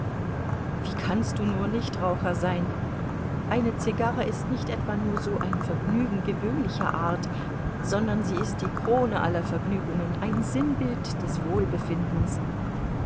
wie kannst du nur nichtraucher sein eine zigarre ist nicht etwa nur so ein vergnügen gewöhnlicher art sondern sie ist die krone aller vergnügungen ein sinnbild des wohlbefindens